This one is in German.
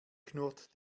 knurrt